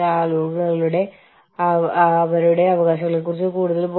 അതിനാൽ ആളുകൾക്ക് തോന്നുന്ന വിവിധ പ്രശ്നങ്ങൾ അവരുടെ വിലപേശൽ ശക്തികളെ തടസ്സപ്പെടുത്തും